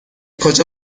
کجا